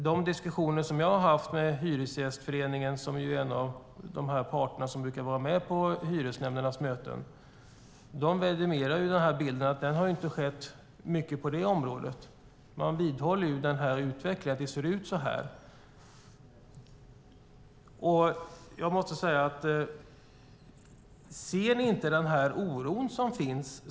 De diskussioner som jag har haft med Hyresgästföreningen, som ju är en av de parter som brukar vara med på hyresnämndens möten, vidimerar att det inte har skett mycket på det området. Man vidhåller att det ser ut så här. Ser ni inte den oro som finns?